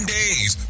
days